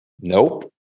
nope